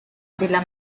della